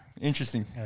Interesting